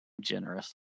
generous